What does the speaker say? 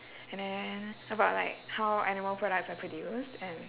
and then about like how animal products are produced and